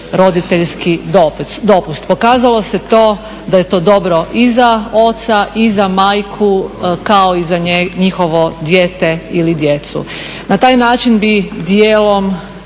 roditeljski dopust. Pokazalo se to da je to dobro i za oca i za majku kao i za njihovo dijete ili djecu. Na taj način bi dijelom